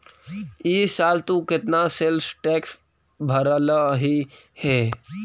ई साल तु केतना सेल्स टैक्स भरलहिं हे